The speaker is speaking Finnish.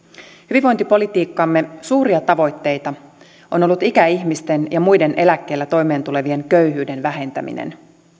hyvinvointipolitiikkamme suuria tavoitteita on ollut ikäihmisten ja muiden eläkkeellä toimeentulevien köyhyyden vähentäminen